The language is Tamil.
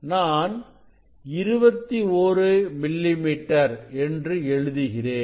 நான்21 மில்லிமீட்டர் என்று எழுதுகிறேன்